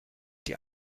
die